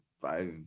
five